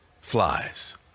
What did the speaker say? flies